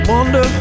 Wonder